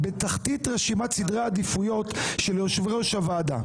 בתחתית רשימת סדרי העדיפויות של יושבי-ראש הוועדה.